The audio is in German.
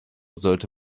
sollte